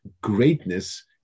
greatness